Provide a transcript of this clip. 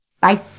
Bye